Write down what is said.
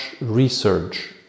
research